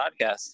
Podcast